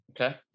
Okay